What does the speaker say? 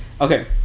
okay